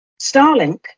Starlink